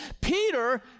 Peter